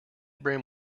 brim